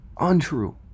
Untrue